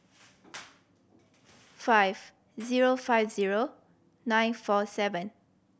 five zero five zero nine four seven